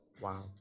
Wow